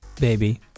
Baby